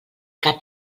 cap